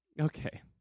Okay